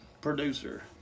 producer